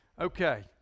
okay